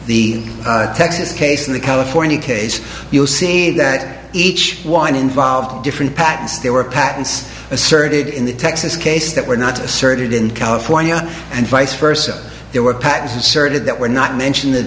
the texas case and the california case you'll see that each one involved different patents there were patents asserted in the texas case that were not asserted in california and vice versa there were patents inserted that were not mentioned the